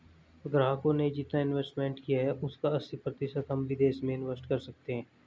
ग्राहकों ने जितना इंवेस्ट किया है उसका अस्सी प्रतिशत हम विदेश में इंवेस्ट कर सकते हैं